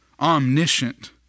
omniscient